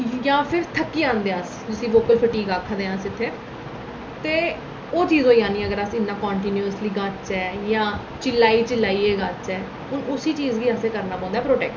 जां फिर थक्की जंदे अस उसी आखने आं अस ओह् चीज होई जानी अगर अस कांटिन्यूसली गाह्चै जां चिल्लाई चिल्लाइयै गाह्चै हून उसी चीज गी असें करना पौंदा ऐ प्रोटैक्ट